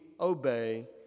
obey